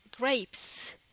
grapes